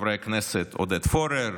חברי הכנסת עודד פורר,